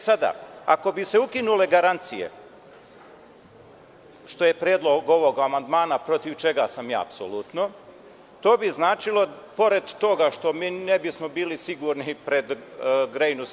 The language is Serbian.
Sada, ako bi se ukinule garancije, što je predlog ovog amandmana, protiv čega sam ja apsolutno, to bi značilo pored toga što ne bismo bili sigurni pred grejnu sezonu…